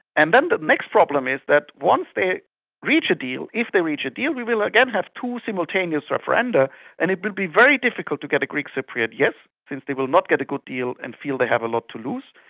um but next problem is that once they reach a deal, if they reach a deal, we will again have two simultaneous referenda and it will be very difficult to get a greek cypriot yes since they will not get a good deal and feel they have a lot to lose.